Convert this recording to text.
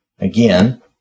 again